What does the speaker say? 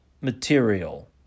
material